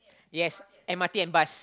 yes m_r_t and bus